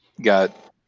got